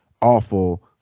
awful